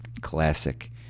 classic